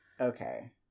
okay